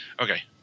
Okay